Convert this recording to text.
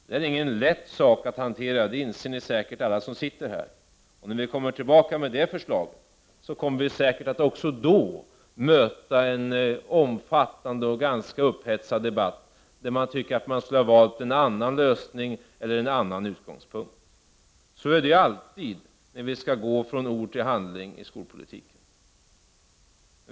Det är inte någon lätt sak att hantera — det inser säkert alla som sitter här — och när vi kommer tillbaka med det förslaget kommer vi säkert också att möta en omfattande och ganska upphetsad debatt, där man tycker att vi skulle ha valt en annan lösning eller en annan utgångspunkt. Så är det alltid när vi skall gå från ord till handling i skolpolitiken.